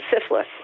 syphilis